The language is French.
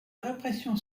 répression